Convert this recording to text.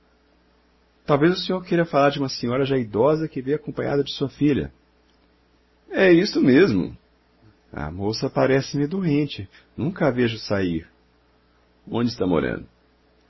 talvez o senhor queira falar de uma senhora já idosa que veio acompanhada de sua filha é isso mesmo a moça parece-me doente nunca a vejo sair onde está morando